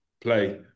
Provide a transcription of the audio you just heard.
play